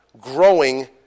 Growing